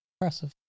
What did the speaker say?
impressive